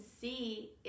see